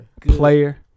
player